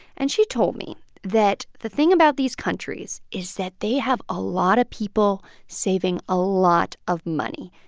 and she told me that the thing about these countries is that they have a lot of people saving a lot of money.